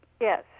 Yes